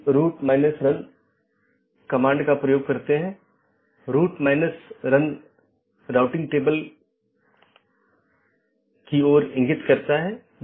तो इसका मतलब है एक बार अधिसूचना भेजे जाने बाद डिवाइस के उस विशेष BGP सहकर्मी के लिए विशेष कनेक्शन बंद हो जाता है और संसाधन जो उसे आवंटित किये गए थे छोड़ दिए जाते हैं